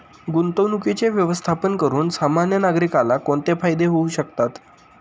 गुंतवणुकीचे व्यवस्थापन करून सामान्य नागरिकाला कोणते फायदे होऊ शकतात?